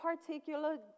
particular